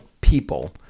people